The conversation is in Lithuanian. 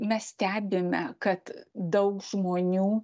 mes stebime kad daug žmonių